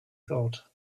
thought